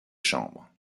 chambre